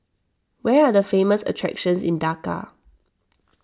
where are the famous attractions in Dhaka